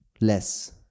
less